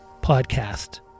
podcast